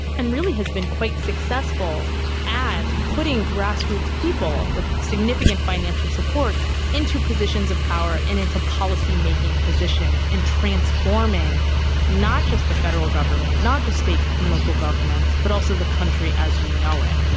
and really has been quite successful at putting grassroots people with significant financial support into positions of power and into policy-making positions and transforming not just the federal government, not just state and local governments but also the country as we know it.